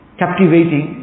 captivating